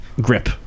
grip